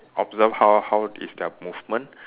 observe how how is their movement